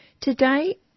Today